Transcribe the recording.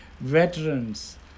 veterans